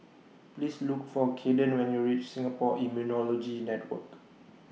Please Look For Caden when YOU REACH Singapore Immunology Network